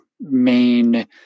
main